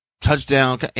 touchdown